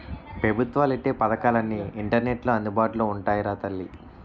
పెబుత్వాలు ఎట్టే పదకాలన్నీ ఇంటర్నెట్లో అందుబాటులో ఉంటాయిరా తల్లీ